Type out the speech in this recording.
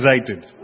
excited